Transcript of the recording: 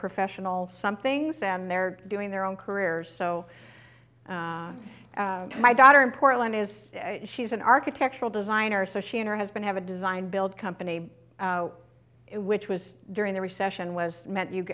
professional somethings and they're doing their own careers so my daughter in portland is she's an architectural designer so she and her husband have a design build company which was during the recession was meant you